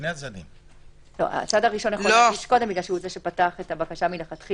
הצד הראשון יכול להגיש קודם כי הוא זה שפתח את הבקשה מלכתחילה,